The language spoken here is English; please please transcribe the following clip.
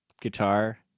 guitar